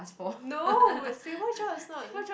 no stable job is not